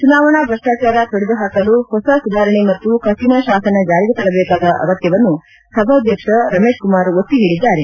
ಚುನಾವಣಾ ಭ್ರಷ್ಟಾಚಾರ ತೊಡೆದು ಹಾಕಲು ಹೊಸ ಸುಧಾರಣೆ ಮತ್ತು ಕಠಣ ಶಾಸನ ಜಾರಿಗೆ ತರಬೇಕಾದ ಅಗತ್ತವನ್ನು ಸಭಾಧ್ಯಕ್ಷ ರಮೇಶ್ ಕುಮಾರ್ ಒತ್ತಿ ಹೇಳಿದ್ದಾರೆ